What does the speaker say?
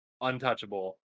untouchable